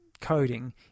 coding